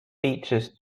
features